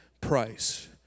price